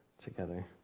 together